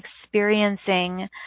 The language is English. experiencing